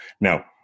Now